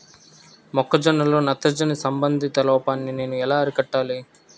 మొక్క జొన్నలో నత్రజని సంబంధిత లోపాన్ని నేను ఎలా అరికట్టాలి?